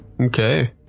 Okay